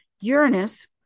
Uranus